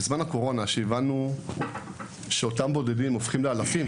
בזמן הקורונה, כשהבנו שאותם בודדים הופכים לאלפים,